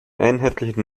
einheitlichen